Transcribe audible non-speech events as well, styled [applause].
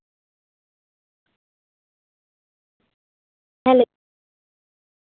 hello [unintelligible]